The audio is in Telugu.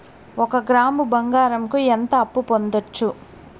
ఒక గ్రాము బంగారంకు ఎంత అప్పు పొందొచ్చు